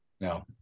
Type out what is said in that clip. No